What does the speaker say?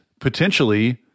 potentially